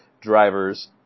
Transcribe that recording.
drivers